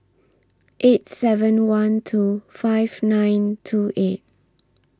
eight seven one two five nine two eight